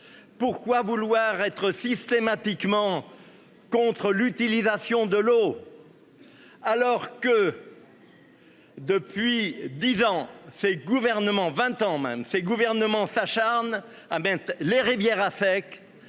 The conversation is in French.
Pourquoi vouloir être systématiquement contre l'utilisation de l'eau. Alors que. Depuis 10 ans, ces gouvernements, 20 ans même ces gouvernements s'acharne à ben les rivières à sec